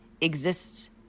exists